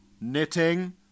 Knitting